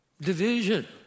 Division